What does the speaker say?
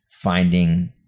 finding